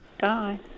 Bye